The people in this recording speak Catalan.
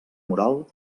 moral